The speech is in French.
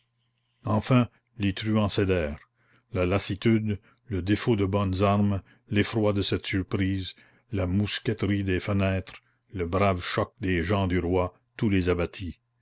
enfin les truands cédèrent la lassitude le défaut de bonnes armes l'effroi de cette surprise la mousqueterie des fenêtres le brave choc des gens du roi tout les abattit